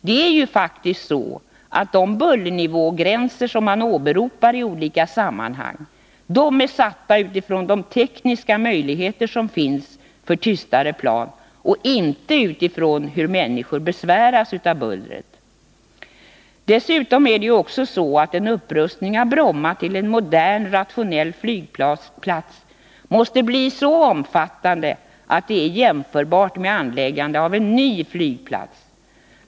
Det är ju faktiskt så att de bullernivågränser som man åberopar i olika sammanhang är satta utifrån de tekniska möjligheter som finns för tystare plan — inte utifrån hur människor besväras av bullret. Dessutom är det så att en upprustning av Bromma till en modern rationell flygplats måste bli så omfattande, att det är jämförbart med anläggandet av en ny flygplats.